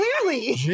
Clearly